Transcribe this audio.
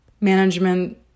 management